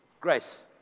grace